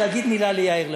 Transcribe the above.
להגיד מילה ליאיר לפיד.